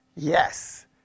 Yes